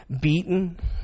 beaten